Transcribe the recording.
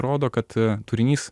rodo kad turinys